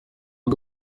aho